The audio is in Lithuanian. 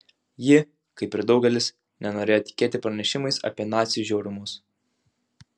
ji kaip ir daugelis nenorėjo tikėti pranešimais apie nacių žiaurumus